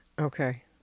Okay